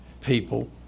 people